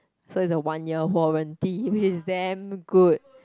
so it's a one year warranty which is damn good